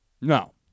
No